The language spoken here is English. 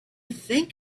think